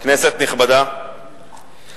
כנסת נכבדה,